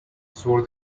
sur